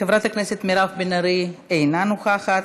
חברת הכנסת מירב בן ארי אינה נוכחת.